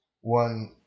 one